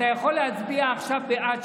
אתה יכול להצביע עכשיו בעד,